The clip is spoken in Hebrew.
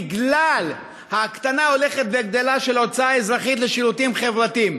בגלל ההקטנה ההולכת וגדלה של ההוצאה האזרחית על שירותים חברתיים,